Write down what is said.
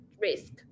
risk